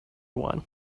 one